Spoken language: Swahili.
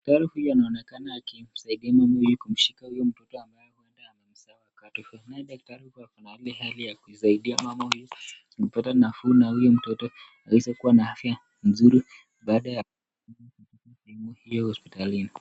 Daktari huyu anaonekana akimshika mama huyu akimsaidia huyu mtoto naye daktari akiwa kwenye ile halinya kumsaidia mama apate nafuu na huyu mtoto aweze kuwa na afya nzuri hiyo hospitalini.